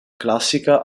classica